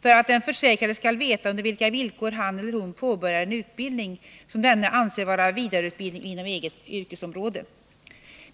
för att den försäkrade skall veta under vilka villkor han eller hon påbörjar en utbildning, som vederbörande anser vara vidareutbildning inom eget yrkesområde.